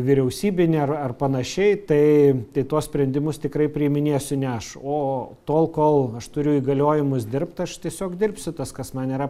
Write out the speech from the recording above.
vyriausybinį ar ar panašiai tai tuos sprendimus tikrai priiminėsiu ne aš o tol kol aš turiu įgaliojimus dirbti aš tiesiog dirbsiu tas kas man yra